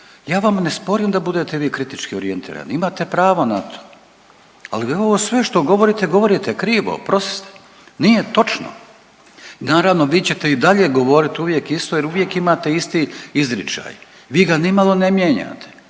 Ja vam ne sporim da budete kritički orijentirani imate pravo na to, ali ovo sve što govorite, govorite krivo oprostite. Nije točno. Naravno vi ćete i dalje govoriti uvijek isto jer uvijek imate isti izričaj, vi ga nimalo ne mijenjate,